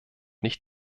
nicht